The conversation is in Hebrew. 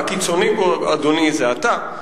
הקיצוני פה, אדוני, זה אתה.